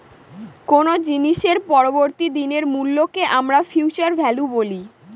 কোনো জিনিসের পরবর্তী দিনের মূল্যকে আমরা ফিউচার ভ্যালু বলি